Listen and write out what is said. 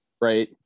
right